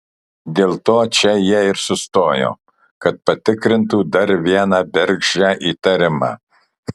dėl to čia jie ir sustojo kad patikrintų dar vieną bergždžią įtarimą